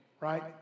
right